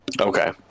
Okay